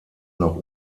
noch